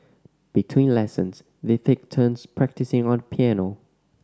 between lessons they take turns practising on the piano